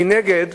מנגד,